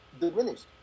diminished